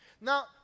Now